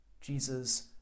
Jesus